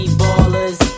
ballers